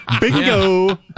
Bingo